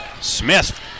Smith